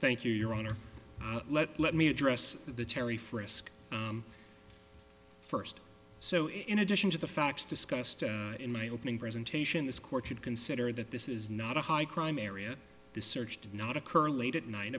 thank you your honor let me address the terry frisk first so in addition to the facts discussed in my opening presentation this court should consider that this is not a high crime area this search did not occur late at night